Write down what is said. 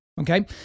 Okay